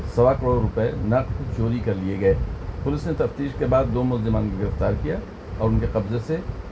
سوا کروڑ روپئے نقد چوری کر لیے گئے پولیس نے تفتیش کے بعد دو ملزمان کو گرفتار کیا اور ان کے قبضے سے